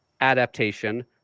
adaptation